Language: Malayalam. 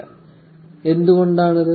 1519 എന്തുകൊണ്ടാണത്